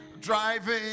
driving